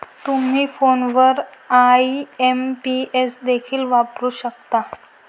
तुम्ही फोनवर आई.एम.पी.एस देखील वापरू शकता